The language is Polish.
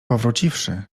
powróciwszy